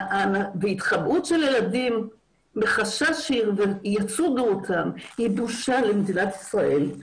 התחבאות של ילדים מחשש שיצודו אותם היא בושה למדינת ישראל.